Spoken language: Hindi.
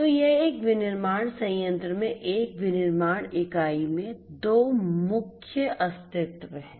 तो ये एक विनिर्माण संयंत्र में एक विनिर्माण इकाई में 2 मुख्य अस्तित्व हैं